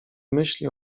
myśli